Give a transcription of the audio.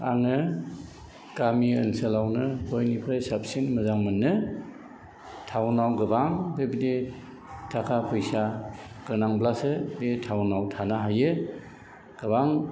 आङो गामि ओनसोलावनो बयनिफ्राय साबसिन मोजां मोनो टाउनाव गोबां बेबायदि थाखा फैसा गोनांब्लासो बि टाउनाव थानो हायो गोबां